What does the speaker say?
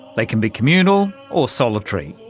they can be communal or solitary.